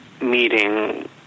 meeting